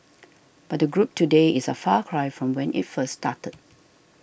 but the group today is a far cry from when it first started